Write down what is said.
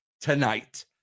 tonight